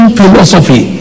philosophy